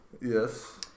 Yes